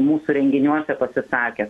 mūsų renginiuose pasisakęs